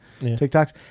TikToks